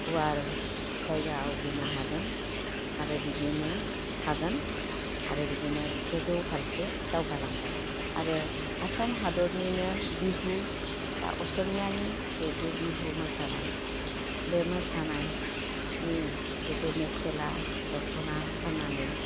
गुवार जायगा आवग्रिनो हादों आरो बिदिनो थागोन आरो बिदिनो गोजौ फारसे दावगा लांगोन आरो आसाम हादरनिनो बिहु बा असमियानि जेहेथु बिहु मोसानाय बे मोसानायनि जेहेथु मेखेला दख'ना गान्नानै